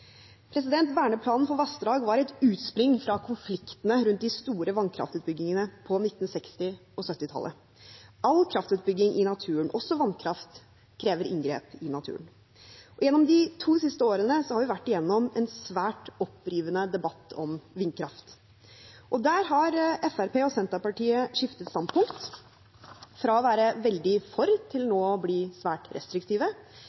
Verneplanen for vassdrag var et utspring fra konfliktene rundt de store vannkraftutbyggingene på 1960- og 1970-tallet. All kraftutbygging i naturen, også vannkraft, krever inngrep i naturen. Gjennom de to siste årene har vi vært igjennom en svært opprivende debatt om vindkraft, og der har Fremskrittspartiet og Senterpartiet skiftet standpunkt, fra å være veldig for til